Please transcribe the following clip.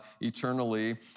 eternally